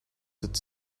that